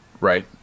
right